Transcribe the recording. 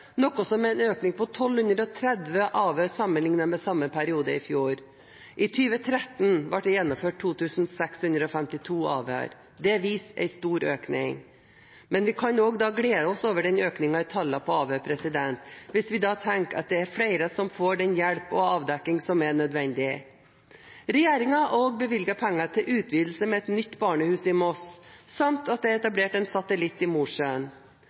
noe som er en økning på 1 230 avhør sammenliknet med samme periode i fjor. I 2013 ble det gjennomført 2 652 avhør. Det viser en stor økning. Men vi kan også glede oss over økningen i tallene på avhør, når vi vet at det da er flere avdekkinger og flere som får den hjelp som er nødvendig. Regjeringen har også bevilget penger til utvidelse med et nytt barnehus i Moss, samt at det er etablert et satellittbarnehus i Mosjøen.